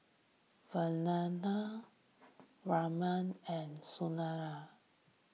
Vandana Ramdev and Sunderlal